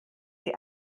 sie